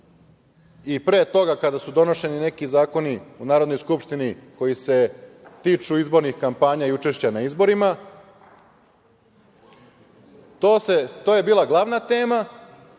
i pre toga kada su donošeni neki zakoni u Narodnoj skupštini koji se tiču izbornih kampanja i učešća na izborima, to je bila glavna tema,